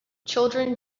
children